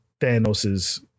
thanos's